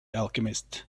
alchemist